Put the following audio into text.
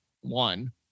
One